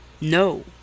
No